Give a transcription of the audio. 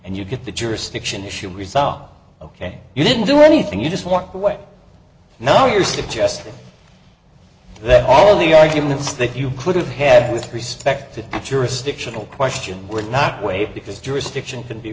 and you get the jurisdiction issue resolved ok you didn't do anything you just walk away now you're suggesting that all the arguments that you could have had with respect to the jurisdiction or question would not waive because jurisdiction can be